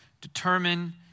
determine